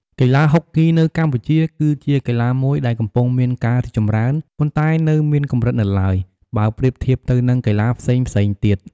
កីឡាហុកគីនៅកម្ពុជា គឺជាកីឡាមួយដែលកំពុងមានការរីកចម្រើន ប៉ុន្តែនៅមានកម្រិតនៅឡើយ បើប្រៀបធៀបទៅនឹងកីឡាផ្សេងៗទៀត។